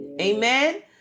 Amen